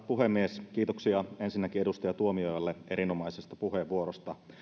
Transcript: puhemies kiitoksia ensinnäkin edustaja tuomiojalle erinomaisesta puheenvuorosta